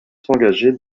s’engager